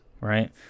right